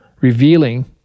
revealing